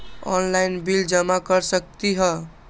Online bill जमा कर सकती ह?